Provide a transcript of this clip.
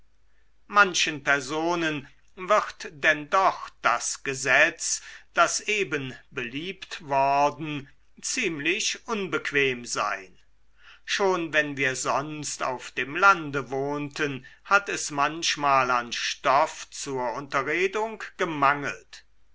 manchen personen wird denn doch das gesetz das eben beliebt worden ist ziemlich unbequem sein schon wenn wir sonst auf dem lande wohnten hat es manchmal an stoff zur unterredung gemangelt